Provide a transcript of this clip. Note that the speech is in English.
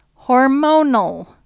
hormonal